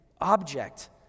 object